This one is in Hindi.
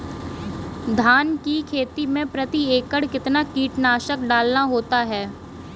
धान की खेती में प्रति एकड़ कितना कीटनाशक डालना होता है?